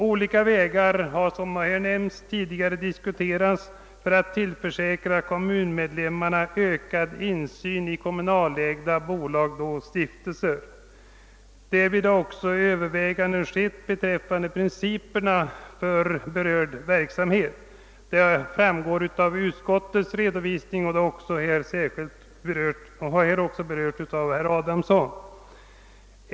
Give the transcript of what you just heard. Olika vägar har — som tidigare nämnts -— diskuterats för att tillförsäkra kommunmedlemmarna ökad insyn i kommunalägda bolag och stiftelser. Därvid har också överväganden gjorts beträffande principerna för här berörd verksamhet; det framgår av utskottets redovisning och har här också påpekats av herr Adamsson.